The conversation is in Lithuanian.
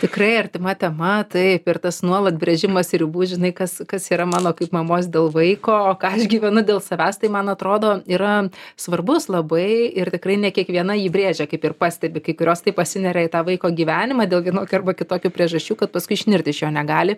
tikrai artima tema taip ir tas nuolat brėžimas ribų žinai kas kas yra mano kaip mamos dėl vaiko ką aš gyvenu dėl savęs tai man atrodo yra svarbus labai ir tikrai ne kiekviena jį brėžia kaip ir pastebi kai kurios taip pasineria į tą vaiko gyvenimą dėl vienokių arba kitokių priežasčių kad paskui išnirt iš jo negali